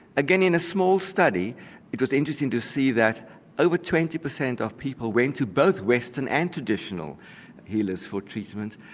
again, in a small study it was interesting to see that over twenty per cent of people went to both western and traditional healers for treatment.